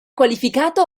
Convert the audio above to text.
qualificato